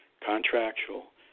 contractual